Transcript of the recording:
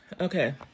Okay